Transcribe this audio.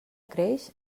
creix